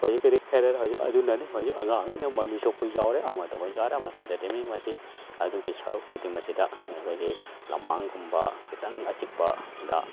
ꯍꯧꯖꯤꯛꯀꯗꯤ ꯈꯦꯠꯅꯔꯦ ꯍꯧꯖꯤꯛ ꯑꯗꯨꯅꯅꯤ ꯍꯧꯖꯤꯛ ꯑꯉꯥꯡꯉꯩꯅ ꯃꯃꯤꯠ ꯁꯣꯛꯄꯁꯨ ꯌꯥꯎꯔꯦ ꯑꯃ ꯇꯧꯕꯁꯨ ꯌꯥꯎꯔꯦ ꯑꯃꯁꯨ ꯏꯟꯇꯔꯇꯦꯟꯃꯦꯟ ꯃꯁꯤ ꯑꯗꯨꯒꯤ ꯁꯔꯨꯛꯄꯨꯗꯤ ꯃꯁꯤꯗ ꯑꯩꯈꯣꯏꯒꯤ ꯂꯝꯍꯥꯡꯒꯨꯝꯕ ꯈꯤꯇꯪ ꯑꯆꯤꯛꯄꯗ